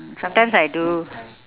mm sometimes I do